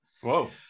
Whoa